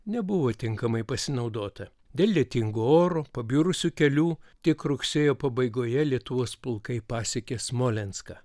nebuvo tinkamai pasinaudota dėl lietingo oro pabjurusių kelių tik rugsėjo pabaigoje lietuvos pulkai pasiekė smolenską